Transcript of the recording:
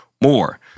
more